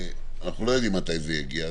אנחנו לא יודעים מתי זה יגיע,